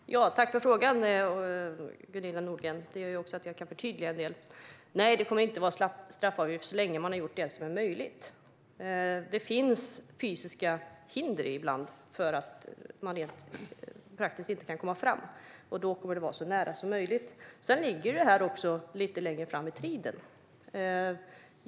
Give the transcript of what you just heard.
Fru talman! Tack för frågan, Gunilla Nordgren! Den ger mig möjlighet att förtydliga en del. Nej, det kommer inte att vara någon straffavgift så länge man har gjort det som är möjligt. Det finns ibland fysiska hinder för att man rent praktiskt ska komma fram, och då gäller så nära som möjligt. Det här ligger också lite längre fram i tiden.